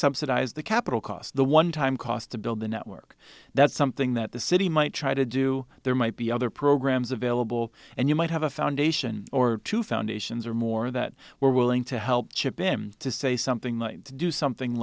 subsidize the capital cost the one time cost to build the network that's something that the city might try to do there might be other programs available and you might have a foundation or two foundations or more that were willing to help chip him to say something like do something